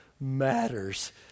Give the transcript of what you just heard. matters